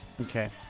Okay